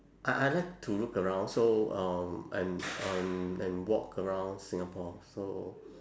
I I like to look around so um and um and walk around singapore so